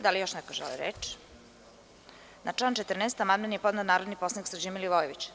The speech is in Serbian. Da li još neko želi reč? (Ne) Na član 14. amandman je podneo narodni poslanik Srđan Milivojević.